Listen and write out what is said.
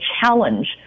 challenge